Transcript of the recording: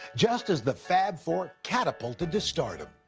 just as the fab four catapulted to stardom.